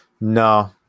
no